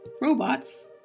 robots